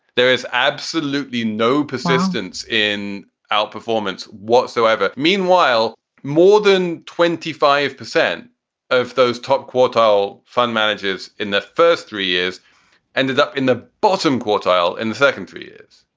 there is absolutely no persistence in our performance whatsoever. meanwhile, more than twenty five percent of those top quartile fund managers in the first three years ended up in the bottom quartile in the second three years.